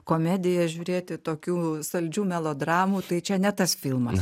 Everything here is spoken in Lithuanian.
komediją žiūrėti tokių saldžių melodramų tai čia ne tas filmas